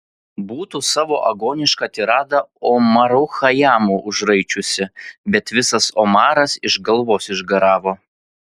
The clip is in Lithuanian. būtų savo agonišką tiradą omaru chajamu užraičiusi bet visas omaras iš galvos išgaravo